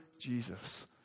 Jesus